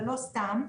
ולא סתם,